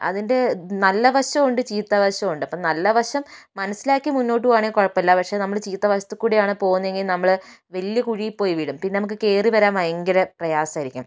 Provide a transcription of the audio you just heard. അതിൻ്റെ നല്ല വശമുണ്ട് ചീത്ത വശമുണ്ട് അപ്പം നല്ല വശം മനസ്സിലാക്കി മുന്നോട്ടു പോവുകയാണെങ്കിൽ കുഴപ്പമില്ല പക്ഷെ നമ്മൾ ചീത്ത വശത്തുകൂടിയാണ് പോവുന്നതെങ്കിൽ നമ്മൾ വലിയ കുഴിയിൽപ്പോയി വീഴും പിന്നെ നമുക്ക് കയറിവരാൻ ഭയങ്കര പ്രയാസമായിരിക്കും